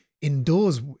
indoors